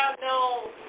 no